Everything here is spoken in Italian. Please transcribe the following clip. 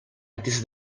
attesa